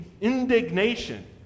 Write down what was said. indignation